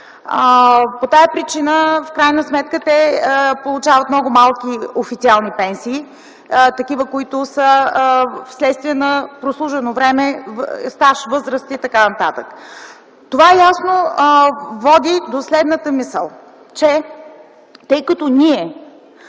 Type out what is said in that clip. По тази причина в крайна сметка те получават много малки официални пенсии, такива, които са вследствие на прослужено време, стаж, възраст и т.н. Това логично води до следната мисъл: ние